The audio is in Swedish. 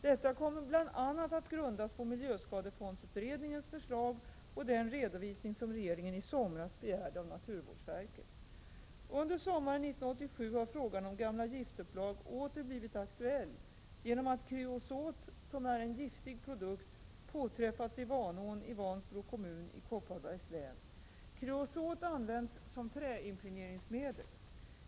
Detta kommer bl.a. att grundas på miljöskadefondutredningens förslag och den redovisning som regeringen i somras begärde av naturvårdsverket. Under sommaren 1987 har frågan om gamla giftupplag åter blivit aktuell genom att kreosot, som är en giftig produkt, påträffats i Vanån i Vansbro kommun i Kopparbergs läns. Kreosot används som träimpregneringsmedel.